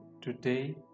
today